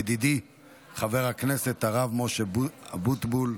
ידידי חבר הכנסת הרב משה אבוטבול.